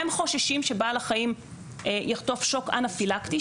הם חוששים שבעל החיים יחטוף שוק אנפילקטי.